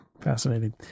Fascinating